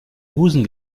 busen